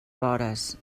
vores